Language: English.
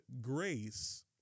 grace